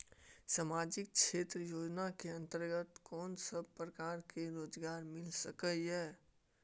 सामाजिक क्षेत्र योजना के अंतर्गत कोन सब प्रकार के रोजगार मिल सके ये?